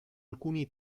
alcuni